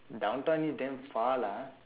downtown east damn far lah